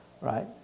right